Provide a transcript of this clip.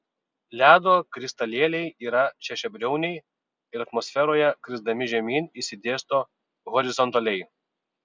ledo kristalėliai yra šešiabriauniai ir atmosferoje krisdami žemyn išsidėsto horizontaliai